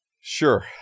sure